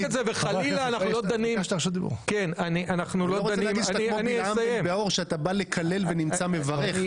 אני לא רוצה שתרגיש כמו בלעם בן בעור שאתה בא לקלל ונמצא מברך.